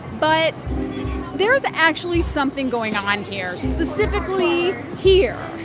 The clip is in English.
but there is actually something going on here, specifically here